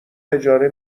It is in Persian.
اجاره